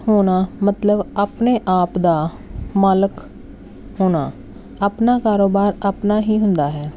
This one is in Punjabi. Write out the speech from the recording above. ਹੋਣਾ ਮਤਲਬ ਆਪਣੇ ਆਪ ਦਾ ਮਾਲਕ ਹੋਣਾ ਆਪਣਾ ਕਾਰੋਬਾਰ ਆਪਣਾ ਹੀ ਹੁੰਦਾ ਹੈ